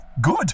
Good